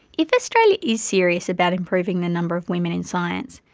if australia is serious about improving the number of women in science,